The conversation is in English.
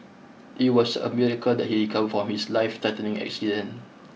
it was a miracle that he recovered from his lifethreatening accident